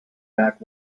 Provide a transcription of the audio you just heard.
back